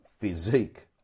physique